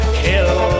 kill